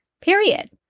period